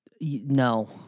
no